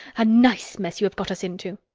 a nice mess you have got us into!